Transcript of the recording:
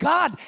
God